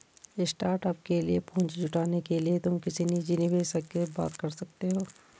startup के लिए पूंजी जुटाने के लिए तुम किसी निजी निवेशक से बात कर सकते हो